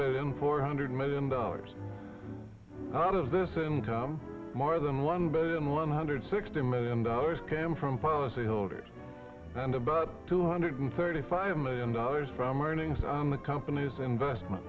billion four hundred million dollars out of this income more than one billion one hundred sixty million dollars came from policyholders and about two hundred thirty five million dollars from earnings on the company's investment